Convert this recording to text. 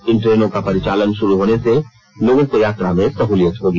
इन ट्रेनों का परिचालन शुरू होने से लोगों को यात्रा में सहूलियत होगी